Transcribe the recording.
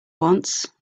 once